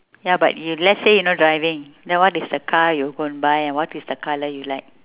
ya but let's say you know driving then what is the car you're going to buy and what is the car you like